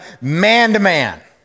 man-to-man